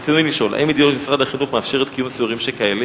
רצוני לשאול: 1. האם מדיניות משרד החינוך מאפשרת קיום סיורים שכאלה?